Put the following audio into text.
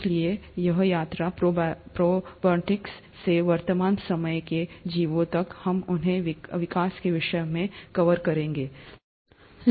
इसलिए यह यात्रा प्रोटोबीयन्ट्स से वर्तमान समय के जीवों तक हम उन्हें विकास के विषय में कवर करेंगे